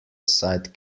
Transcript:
aside